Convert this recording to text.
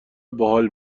باحال